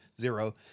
zero